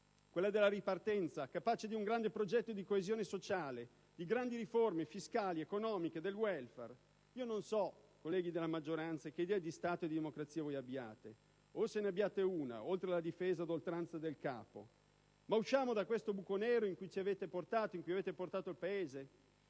quella della ripartenza, capace di un grande progetto di coesione sociale, di grandi riforme fiscali, economiche e del *welfare*. Non so, colleghi della maggioranza, che idea di Stato e di democrazia abbiate, o se ne abbiate una oltre alla difesa ad oltranza del capo; ma usciamo da questo buco nero in cui avete portato il Paese